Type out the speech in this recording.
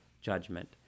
judgment